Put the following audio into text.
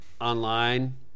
Online